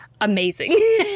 amazing